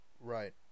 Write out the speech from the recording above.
Right